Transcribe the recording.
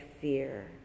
fear